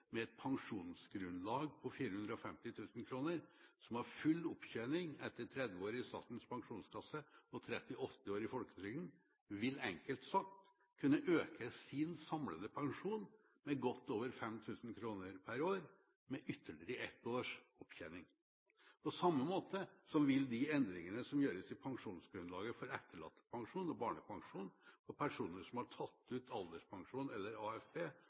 med et pensjonsgrunnlag på 450 000 kr, som har full opptjening etter 30 år i Statens pensjonskasse og 38 poengår i folketrygden, vil enkelt sagt kunne øke sin samlede pensjon med godt over 5 000 kr per år med ytterligere ett års opptjening. På samme måte vil de endringene som gjøres i pensjonsgrunnlaget for etterlattepensjon og barnepensjon for personer som har tatt ut alderspensjon eller AFP,